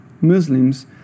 Muslims